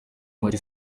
make